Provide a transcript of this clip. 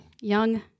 young